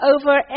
over